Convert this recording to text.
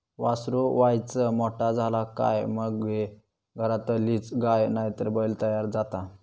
वासरू वायच मोठा झाला काय मगे घरातलीच गाय नायतर बैल तयार जाता